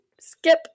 skip